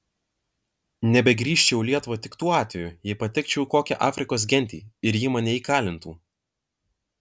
negrįžčiau į lietuvą tik tuo atveju jei patekčiau į kokią afrikos gentį ir ji mane įkalintų